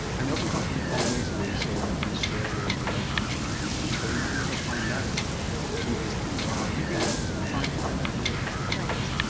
and they often come from long ways away so in australia they might come from country towns or you might never find out who these people are. you've been trying to find out who they are. right,